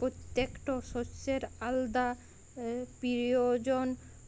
পত্যেকট শস্যের আলদা পিরয়োজন